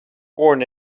born